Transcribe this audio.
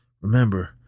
Remember